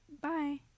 bye